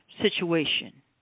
situation